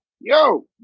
Yo